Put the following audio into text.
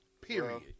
Period